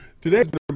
Today